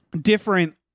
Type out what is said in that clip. different